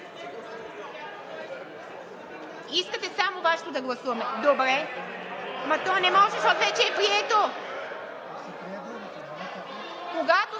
Искате само Вашето да гласуваме? Но то не може, защото вече е прието. Колеги,